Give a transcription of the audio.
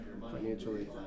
financially